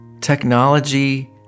Technology